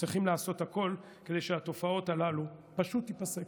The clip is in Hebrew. צריכים לעשות הכול כדי שהתופעות הללו פשוט תיפסקנה.